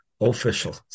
Official